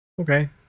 Okay